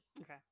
Okay